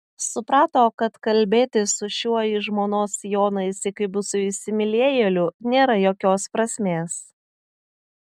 suprato kad kalbėtis su šiuo į žmonos sijoną įsikibusiu įsimylėjėliu nėra jokios prasmės